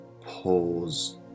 pause